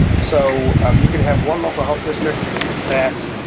so um you could have one local health district that